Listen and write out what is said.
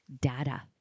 data